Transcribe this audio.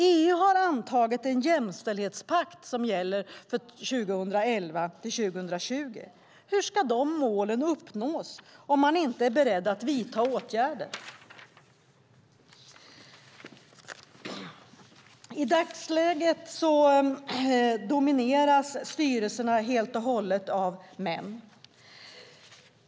EU har antagit en jämställdhetspakt som gäller för 2011-2020. Hur ska de målen uppnås om man inte är beredd att vidta åtgärder? I dagsläget domineras företagens styrelser helt och hållet av män.